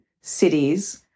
cities